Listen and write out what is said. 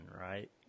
right